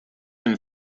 dem